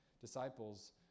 disciples